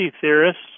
theorists